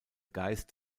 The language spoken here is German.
geist